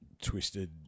twisted